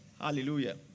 hallelujah